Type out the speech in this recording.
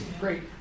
Great